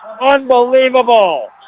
Unbelievable